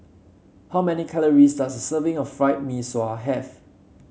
how many calories does a serving of Fried Mee Sua have